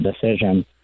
decision